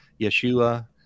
Yeshua